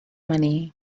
money